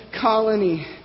colony